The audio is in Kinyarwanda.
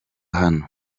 hano